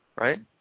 right